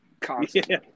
constantly